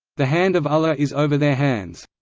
the hand of allah is over their hands.